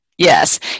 Yes